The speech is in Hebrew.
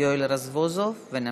יואל רזבוזוב, ונמשיך.